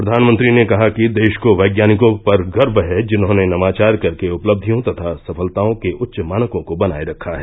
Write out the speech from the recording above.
प्रधानमंत्री ने कहा कि देश को वैज्ञानिकों पर गर्व है जिन्होंने नवाचार करके उपलक्षियों तथा सफलताओं के उच्च मानकों को बनाये रखा है